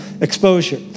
exposure